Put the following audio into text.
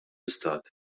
istat